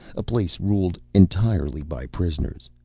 a place ruled entirely by prisoners.